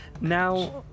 Now